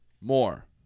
More